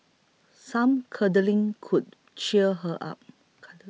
some cuddling could cheer her up